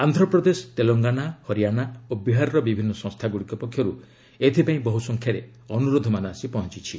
ଆନ୍ଧ୍ରପ୍ରଦେଶ ତେଲଙ୍ଗାନା ହରିଆଣା ଓ ବିହାରର ବିଭିନ୍ନ ସଂସ୍ଥାଗୁଡ଼ିକ ପକ୍ଷରୁ ଏଥିପାଇଁ ବହୁ ସଂଖ୍ୟାରେ ଅନୁରୋଧମାନ ଆସି ପହଞ୍ଚିଛି